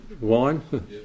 wine